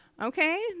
Okay